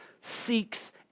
seeks